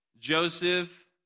joseph